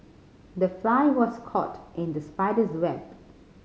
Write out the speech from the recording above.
the fly was caught in the spider's web